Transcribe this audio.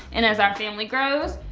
and as our family grows,